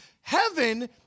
Heaven